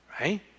Right